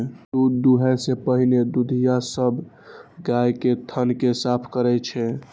दूध दुहै सं पहिने दुधिया सब गाय के थन कें साफ करै छै